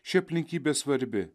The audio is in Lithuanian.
ši aplinkybė svarbi